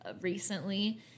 recently